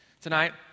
tonight